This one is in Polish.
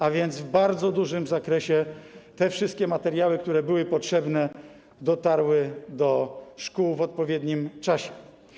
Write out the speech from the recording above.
A więc w bardzo dużym zakresie te wszystkie materiały, które były potrzebne, dotarły do szkół w odpowiednim czasie.